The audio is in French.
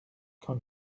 quand